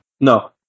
no